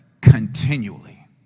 continually